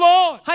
Lord